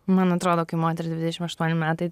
man atrodo kai moteriai dvidešim aštuoni metai